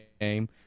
game